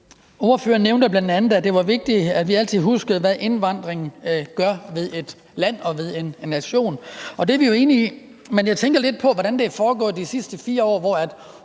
Ordføreren nævnte bl.a., at det var vigtigt, at vi altid huskede, hvad indvandringen gør ved et land og ved en nation, og det er vi enige i. Men jeg tænker lidt på, hvordan det er foregået de sidste 4 år, hvor